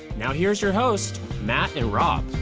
now here's your hosts, matt and rob.